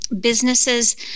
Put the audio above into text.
businesses